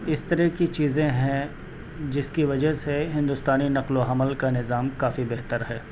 اس طرح کی چیزیں ہیں جس کی وجہ سے ہندوستانی نقل و حمل کا نظام کافی بہتر ہے